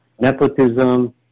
nepotism